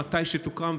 מתי שתוקם,